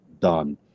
done